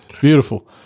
beautiful